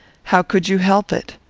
how could you help it?